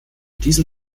diesem